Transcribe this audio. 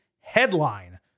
headline